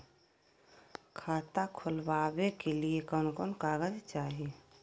खाता खोलाबे के लिए कौन कौन कागज चाही?